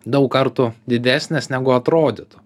daug kartų didesnės negu atrodytų